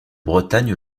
bretagne